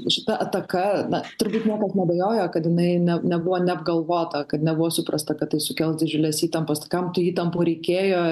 šita ataka na turbūt niekas neabejojo kad jinai ne nebuvo neapgalvota kad nebuvo suprasta kad tai sukels didžiules įtampas kam tų įtampų reikėjo